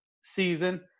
season